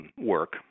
work